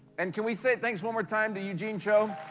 and can we say thanks one more time to eugene cho?